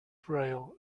trail